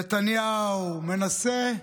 נתניהו מנסה,